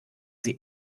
sie